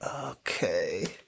Okay